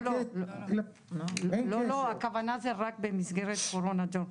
לא, לא, הכוונה זה רק במסגרת קורונה, ג'ורג',